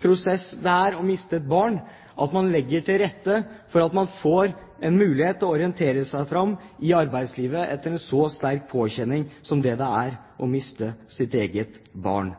prosess som det er å miste et barn, at man legger til rette for at man får en mulighet til å orientere seg fram i arbeidslivet etter en så sterk påkjenning som det er å miste sitt eget barn.